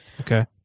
okay